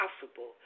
possible